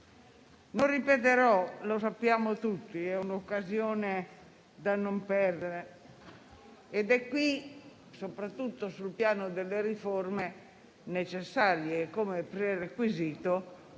Non ripeterò - lo sappiamo tutti - che è un'occasione da non perdere. È qui, soprattutto sul piano delle riforme, necessarie come prerequisito,